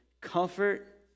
Comfort